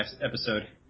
episode